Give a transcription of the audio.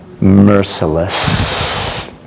merciless